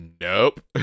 nope